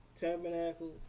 tabernacle